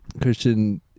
Christian